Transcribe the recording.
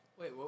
Wait